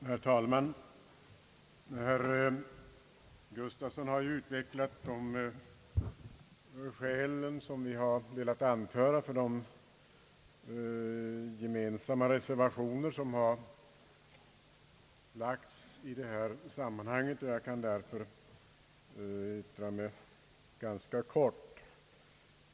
Herr talman! Herr Gustafsson har ju utvecklat de skäl som vi har velat anföra för de gemensamma reservationerna i detta sammanhang, och jag kan därför uttrycka mig ganska kort.